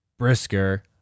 Brisker